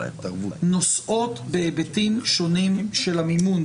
נושאות בהיבטים שונים של המימון.